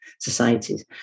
societies